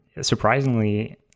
surprisingly